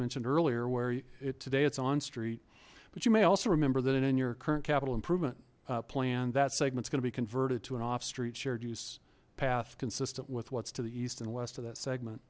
mentioned earlier where today it's on street but you may also remember that in your current capital improvement plan that segments going to be converted to an off street shared use path consistent with what's to the east and west of that segment